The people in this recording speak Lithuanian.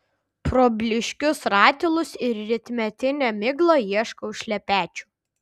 pro blyškius ratilus ir rytmetinę miglą ieškau šlepečių